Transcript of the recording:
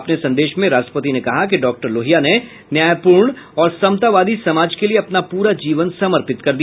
अपने संदेश में राष्ट्रपति ने कहा कि डॉक्टर लोहिया ने न्यायपूर्ण और समतावादी समाज के लिए अपना पूरा जीवन समर्पित कर दिया